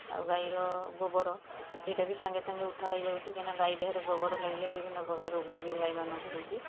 ଆଉ ଗାଈର ଗୋବର ସେଇଟା ବି ସାଙ୍ଗେ ସାଙ୍ଗେ ଉଠା ହେଇଯାଉଛି କାହିଁକିନା ଗାଈ ଦେହରେ ଗୋବର ଲାଗିଲେ ବିଭିନ୍ନ ପ୍ରକାର ରୋଗ ବି ଗାଈମାନଙ୍କୁ ହେଉଛି